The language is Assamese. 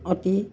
অতি